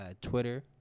Twitter